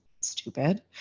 stupid